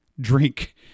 drink